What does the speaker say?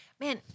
Man